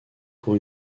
pour